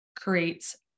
creates